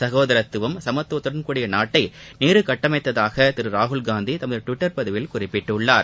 சகோதரத்துவம் சமத்துவத்துடன் கூடிய நாட்டை நேரு கட்டமைத்ததாக திரு ராகுல் காந்தி தமது டுவிட்டர் பதிவில் குறிப்பிட்டுள்ளார்